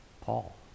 Paul